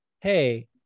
hey